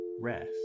Rest